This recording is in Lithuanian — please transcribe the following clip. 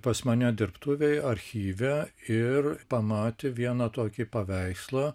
pas mane dirbtuvėj archyve ir pamatė vieną tokį paveikslą